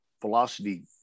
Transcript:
velocity